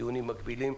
בדיונים מקבילים,